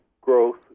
growth